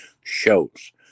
shows